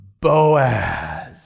Boaz